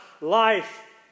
life